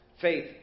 Faith